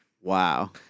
Wow